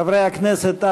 חברי הכנסת,